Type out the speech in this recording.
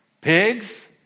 Pigs